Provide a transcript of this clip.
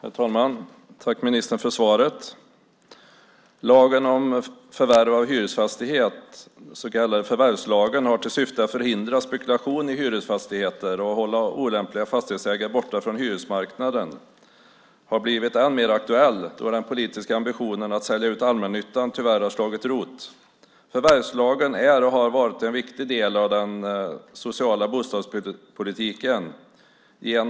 Herr talman! Tack, ministern, för svaret! Lagen om förvärv av hyresfastighet, den så kallade förvärvslagen, har till syfte att förhindra spekulation i hyresfastigheter och hålla olämpliga fastighetsägare borta från hyresmarknaden. Den har blivit än mer aktuell då den politiska ambitionen att sälja ut allmännyttan tyvärr har slagit rot. Förvärvslagen är och har varit en viktig del av den sociala bostadspolitiken.